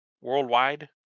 worldwide